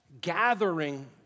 gathering